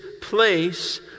place